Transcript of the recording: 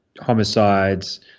homicides